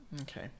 Okay